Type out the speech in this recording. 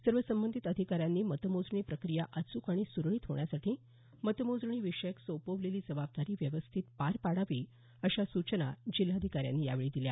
सर्व संबंधित अधिकाऱ्यांनी मतमोजणी प्रक्रिया अचूक आणि सुरळीत होण्यासाठी मतमोजणी विषयक सोपविलेली जबाबदारी व्यवस्थित पार पाडावी अशा सूचना जिल्हाधिकाऱ्यांनी यावेळी दिल्या